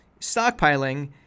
stockpiling